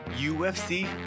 UFC